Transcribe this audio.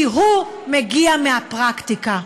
כי הוא מגיע מהפרקטיקה.